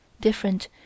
different